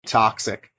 toxic